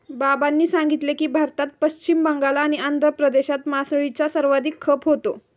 बाबांनी सांगितले की, भारतात पश्चिम बंगाल आणि आंध्र प्रदेशात मासळीचा सर्वाधिक खप होतो